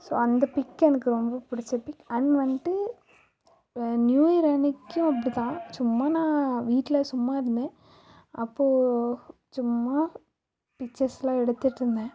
so அந்த pic எனக்கு ரொம்ப பிடிச்ச பிக் அண்ட் வந்துட்டு நியூஇயர் அன்னைக்கும் அப்படி தான் சும்மா நான் வீட்டில் சும்மா இருந்தேன் அப்போது சும்மா பிச்சர்ஸ்லாம் எடுத்துட்டுருந்தேன்